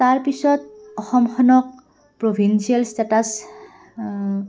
তাৰপিছত অসমখনক provincial status